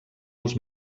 els